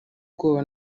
bwoba